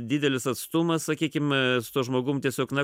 didelis atstumas sakykim su tuo žmogum tiesiog na